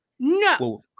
No